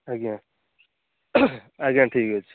ଆଜ୍ଞା ଆଜ୍ଞା ଠିକ୍ ଅଛି